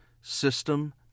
system